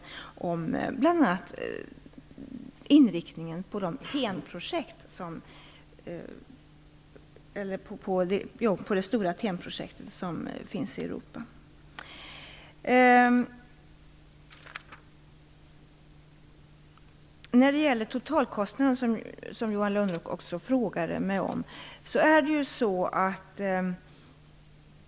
Det har bl.a. gällt inriktningen på det stora TEN-projekt som finns i Europa. Johan Lönnroth frågade mig också om totalkostnaden.